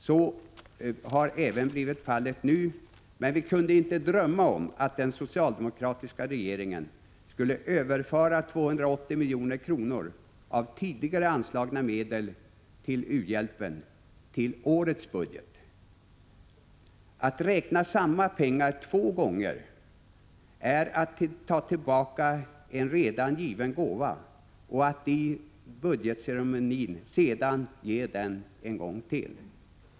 Så har även blivit fallet nu, men vi kunde inte drömma om att den socialdemokratiska regeringen skulle överföra 280 milj.kr. av tidigare anslagna medel till u-hjälpen till årets budget. Att räkna samma pengar två gånger är att ta tillbaka en redan given gåva och att i budgetceremonin sedan ge den en gång till.